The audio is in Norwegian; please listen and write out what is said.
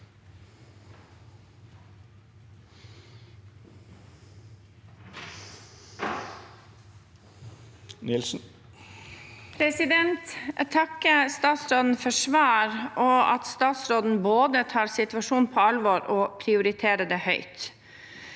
Nilsen (A) Jeg takker statsråden for svar og for at statsråden både tar situasjonen på alvor og prioriterer den høyt.